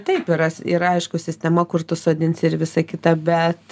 taip yra si yra aišku sistema kur tu sodinsi ir visa kita bet